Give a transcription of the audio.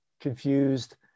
confused